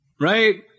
Right